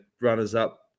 runners-up